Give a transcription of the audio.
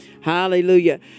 hallelujah